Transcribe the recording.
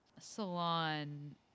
Salon